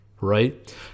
right